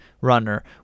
runner